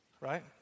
Right